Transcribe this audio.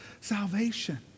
salvation